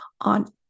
on